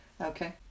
Okay